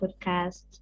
podcast